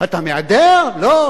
"אתה מהדר?" "לא".